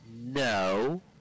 No